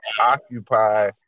occupy